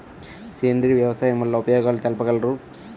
సేంద్రియ వ్యవసాయం వల్ల ఉపయోగాలు తెలుపగలరు?